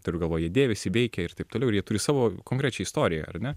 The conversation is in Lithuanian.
turiu galvoj jie dėvisi veikia ir taip toliau ir jie turi savo konkrečią istoriją ar ne